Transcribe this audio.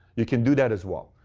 you can do that as well.